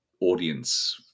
audience